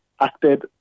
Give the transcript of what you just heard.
acted